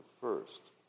first